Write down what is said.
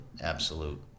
absolute